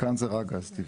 כאן זה רק גז טבעי.